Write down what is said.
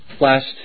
Last